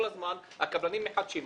כל הזמן הקבלנים מחדשים את הציוד.